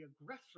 aggressor